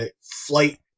Flight